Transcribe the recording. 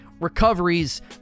recoveries